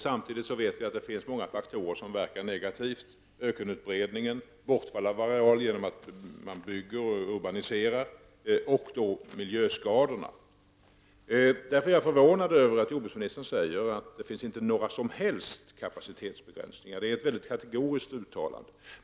Samtidigt vet vi att det finns många faktorer som verkar negativt, t.ex. ökenutbredningen, bortfallet av areal på grund av byggande och urbanisering, och miljöskadorna. Jag är därför förvånad över att jordbruksministern säger att det inte finns några som helst kapacitetsbegränsningar. Det är ett mycket kategoriskt uttalande.